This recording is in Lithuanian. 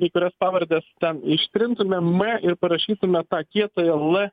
kai kurias pavardes ten ištrintumėm m ir parašytume tą kietąją l